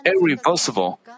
irreversible